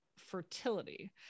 fertility